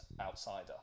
outsider